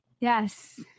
Yes